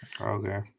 okay